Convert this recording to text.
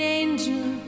angel